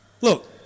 Look